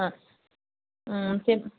ஆ ஆ சரி